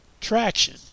traction